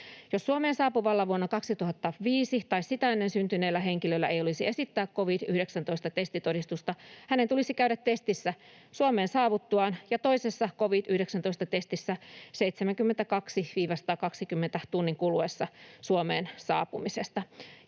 Jos Suomeen saapuvalla vuonna 2005 tai sitä ennen syntyneellä henkilöllä ei olisi esittää covid-19-testitodistusta, hänen tulisi käydä testissä Suomeen saavuttuaan ja toisessa covid-19-testissä 72—120 tunnin kuluessa Suomeen saapumisesta,